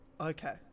Okay